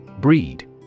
Breed